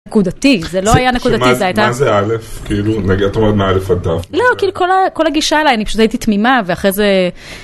נקודתי, זה לא היה נקודתי, זה הייתה... ש.. שמה זה א', כאילו? נגיד את אומרת מא' עד ת'. לא, כאילו, כל הגישה אליי, אני פשוט הייתי תמימה, ואחרי זה...